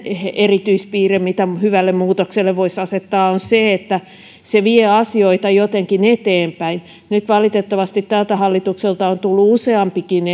erityispiirre minkä hyvälle muutokselle voisi asettaa on se että se vie asioita jotenkin eteenpäin nyt valitettavasti tältä hallitukselta on tullut useampikin